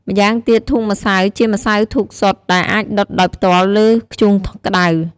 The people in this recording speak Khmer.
ម៉្យាងទៀតធូបម្សៅ ជាម្សៅធូបសុទ្ធដែលអាចដុតដោយផ្ទាល់លើធ្យូងក្តៅ។